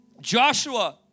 joshua